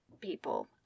people